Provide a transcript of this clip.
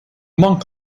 monk